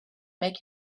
make